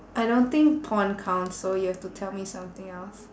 I don't think porn counts so you have to tell me something else